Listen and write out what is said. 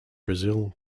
brazil